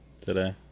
today